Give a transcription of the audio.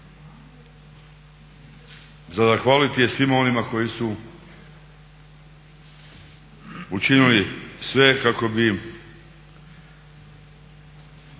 Za zahvaliti je svima onima koji su učinili sve kako bi